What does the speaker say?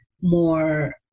more